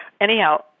Anyhow